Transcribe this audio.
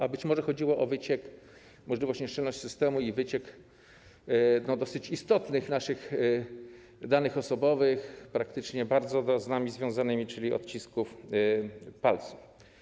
A być może chodziło o wyciek, możliwość nieszczelności systemu i wyciek dosyć istotnych naszych danych osobowych, praktycznie bardzo z nami związanych, czyli odcisków palców.